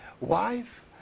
wife